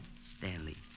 Stanley